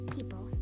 People